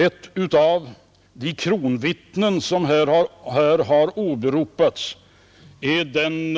Ett av de kronvittnen som åberopats är den